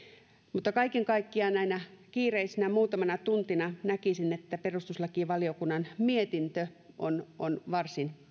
mutta kaiken kaikkiaan näinä kiireisinä muutamana tuntina näkisin että perustuslakivaliokunnan mietintö on on varsin